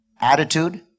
Attitude